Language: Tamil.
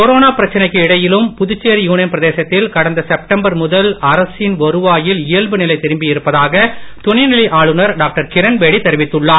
கொரோனா பிரச்சனைக்கு இடையிலும் புதுச்சேரி யூனியன் பிரதேசத்தில் கடந்த செப்டம்பர் முதல் அரசின் வருவாயில் இயல்பு நிலை திரும்பி இருப்பதாக துணை நிலை ஆளுநர் டாக்டர் கிரண் பேடி தெரிவித்துள்ளார்